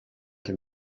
can